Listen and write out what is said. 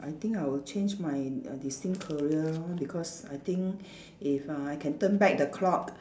I think I will change my uh destined career because I think if I can turn back the clock